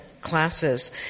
classes